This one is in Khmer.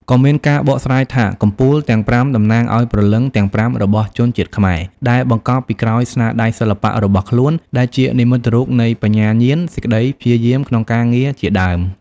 ក៏មានការបកស្រាយថា កំពូលទាំងប្រាំតំណាងឱ្យព្រលឹងទាំងប្រាំរបស់ជនជាតិខ្មែរ ដែលបង្កប់ពីក្រោយស្នាដៃសិល្បៈរបស់ខ្លួន ដែលជានិមិត្តរូបនៃ បញ្ញាញាណ សេចក្ដីព្យាយាមក្នុងការងារជាដើម។